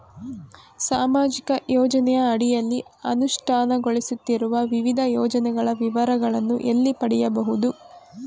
ಸಾಮಾಜಿಕ ಯೋಜನೆಯ ಅಡಿಯಲ್ಲಿ ಅನುಷ್ಠಾನಗೊಳಿಸುತ್ತಿರುವ ವಿವಿಧ ಯೋಜನೆಗಳ ವಿವರಗಳನ್ನು ಎಲ್ಲಿ ಪಡೆಯಬಹುದು?